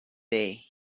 day